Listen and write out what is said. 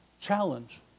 challenge